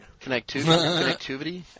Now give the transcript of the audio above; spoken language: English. Connectivity